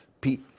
pete